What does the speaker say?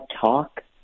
talk